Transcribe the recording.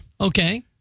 Okay